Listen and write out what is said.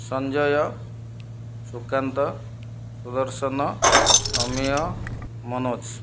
Sanjay Sukanta Sudarshan Amiya Manoj